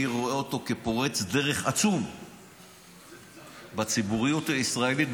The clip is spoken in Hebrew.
אני רואה אותו כפורץ דרך עצום בציבוריות הישראלית,